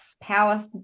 power